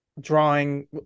drawing